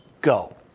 go